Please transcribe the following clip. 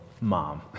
mom